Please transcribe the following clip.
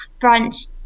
brunch